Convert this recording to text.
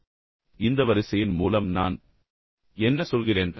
எனவே இந்த வரிசையின் மூலம் நான் என்ன சொல்கிறேன்